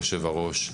יושב-הראש,